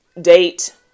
date